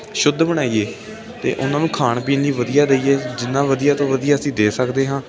ਸ਼ੁੱਧ ਬਣਾਈਏ ਅਤੇ ਉਹਨਾਂ ਨੂੰ ਖਾਣ ਪੀਣ ਲਈ ਵਧੀਆ ਦਈਏ ਜਿੰਨਾ ਵਧੀਆ ਤੋਂ ਵਧੀਆ ਅਸੀਂ ਦੇ ਸਕਦੇ ਹਾਂ